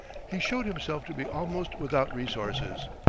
he showed himself to be almost without resources,